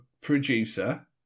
producer